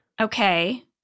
Okay